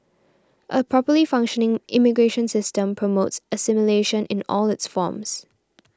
a properly functioning immigration system promotes assimilation in all its forms